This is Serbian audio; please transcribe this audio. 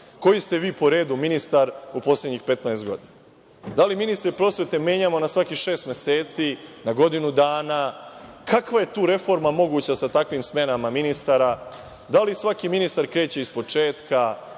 koji ste vi po redu ministar u poslednjih 15 godina? Da li ministre prosvete menjamo na svakih šest meseci, na godinu dana? Kakva je tu reforma moguća sa takvim smenama ministara? Da li svaki ministar kreće iz početka?